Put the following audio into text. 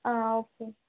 ஆ okay